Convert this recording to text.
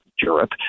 Europe